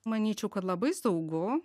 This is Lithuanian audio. manyčiau kad labai saugu